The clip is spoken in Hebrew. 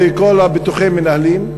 וכל ביטוחי המנהלים,